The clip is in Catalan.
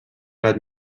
gat